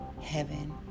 heaven